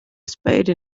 spade